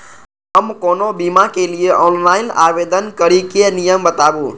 हम कोनो बीमा के लिए ऑनलाइन आवेदन करीके नियम बाताबू?